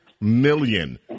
million